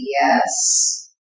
yes